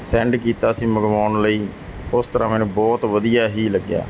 send ਕੀਤਾ ਸੀ ਮੰਗਵਾਉਣ ਲਈ ਉਸ ਤਰ੍ਹਾਂ ਮੈਨੂੰ ਬਹੁਤ ਵਧੀਆ ਹੀ ਲੱਗਿਆ